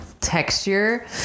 texture